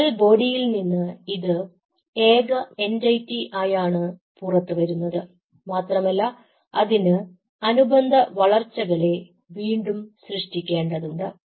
cell ബോഡിയിൽ നിന്ന് ഇത് ഏക എന്റിറ്റി ആയാണ് പുറത്തുവരുന്നത് മാത്രമല്ല അതിന് അനുബന്ധ വളർച്ചകളെ വീണ്ടും സൃഷ്ടിക്കേണ്ടതുണ്ട്